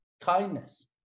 kindness